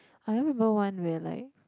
I only remember one where like